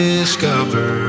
discover